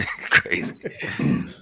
crazy